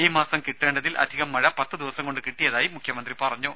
ഈ മാസം കിട്ടേണ്ടതിൽ അധികം മഴ പത്ത് ദിവസം കൊണ്ട് കിട്ടിയതായി മുഖ്യമന്ത്രി പറഞ്ഞു